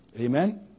Amen